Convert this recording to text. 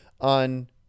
on